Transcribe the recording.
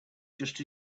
just